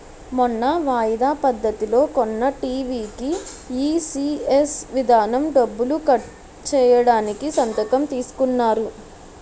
మొన్న వాయిదా పద్ధతిలో కొన్న టీ.వి కీ ఈ.సి.ఎస్ విధానం డబ్బులు కట్ చేయడానికి సంతకం తీసుకున్నారు